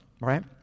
right